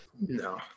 No